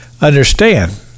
understand